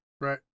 right